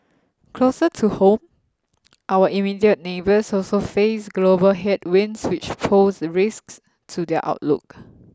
closer to home our immediate neighbours also face global headwinds which pose risks to their outlook